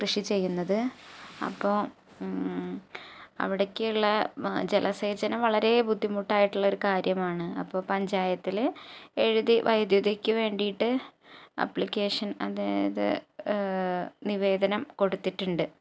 കൃഷി ചെയ്യുന്നത് അപ്പോള് അവിടേക്കുള്ള ജലസേചനം വളരെ ബുദ്ധിമുട്ടായിട്ടുള്ള ഒരു കാര്യമാണ് അപ്പോള് പഞ്ചായത്തില് എഴുതി വൈദ്യുതിക്കു വേണ്ടിയിട്ട് അപ്ലിക്കേഷൻ അതായത് നിവേദനം കൊടുത്തിട്ടുണ്ട്